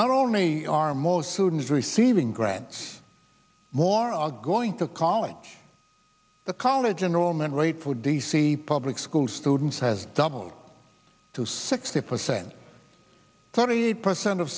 not only are most sudanese receiving grants more are going to college the college enrollment rate for d c public school students has doubled to sixty percent thirty percent of